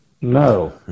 No